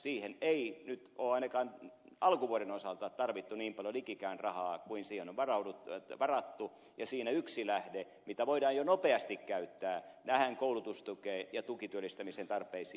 siihen ei nyt ole ainakaan alkuvuoden osalta tarvittu niin paljon likikään rahaa kuin siihen on varattu ja siinä yksi lähde mitä voidaan jo nopeasti käyttää tähän koulutustukeen ja tukityöllistämisen tarpeisiin